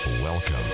Welcome